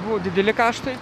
buvo dideli kaštai